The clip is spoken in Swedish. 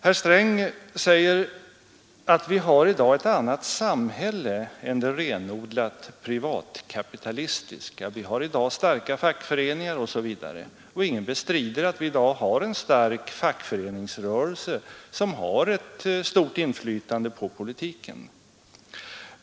Herr Sträng säger att vi i dag har ett annat samhälle än det renodlat privatkapitalistiska — vi har starka fackföreningar osv. — och ingen bestrider att det i dag finns en stark fackföreningsrörelse som har ett stort inflytande på politiken.